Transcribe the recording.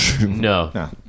No